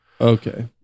okay